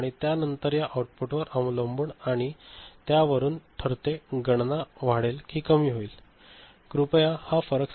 आणि त्यानंतर या आऊटपुटवर अवलंबून आणि त्या वरून ठरते गणना वाढेल कि कमी होईल कृपया हा फरक समजून घ्या